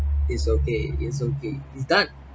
it's okay it's okay it's done